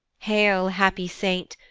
hail, happy saint,